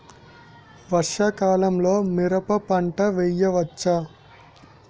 వర్షాకాలంలో మిరప పంట వేయవచ్చా?